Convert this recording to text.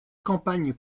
campagne